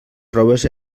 proves